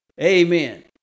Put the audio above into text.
Amen